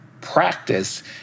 practice